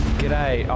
G'day